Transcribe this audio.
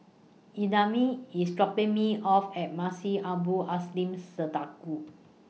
Idamae IS dropping Me off At Masjid Abdul